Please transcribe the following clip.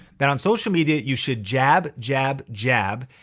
that on social media you should jab, jab, jab,